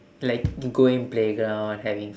like you going playground having